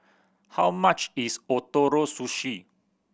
how much is Ootoro Sushi